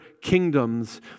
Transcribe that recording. kingdoms